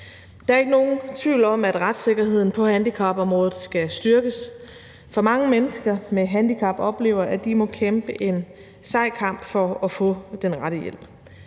Der er ikke nogen tvivl om, at retssikkerheden på handicapområdet skal styrkes, for mange mennesker med handicap oplever, at de må kæmpe en sej kamp for at få den rette hjælp.